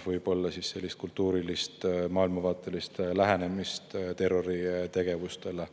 võib [esineda] kultuurilist või maailmavaatelist lähenemist terroritegevustele.